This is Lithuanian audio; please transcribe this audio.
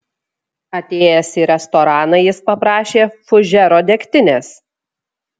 atėjęs į restoraną jis paprašė fužero degtinės